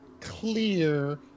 clear